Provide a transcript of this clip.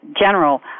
general